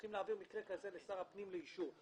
צריכים להעביר מקרה כזה לשר הפנים לאישור.